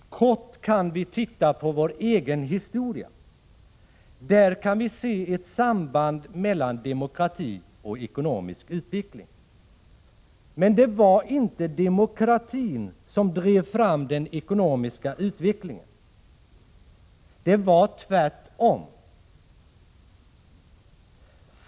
Kort kan vi titta på vår egen historia. Där kan vi se ett samband mellan demokrati och ekonomisk utveckling. Men det var inte demokratin som drev fram den ekonomiska utvecklingen. Det var tvärtom.